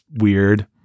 weird